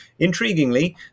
intriguingly